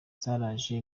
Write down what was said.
zaraje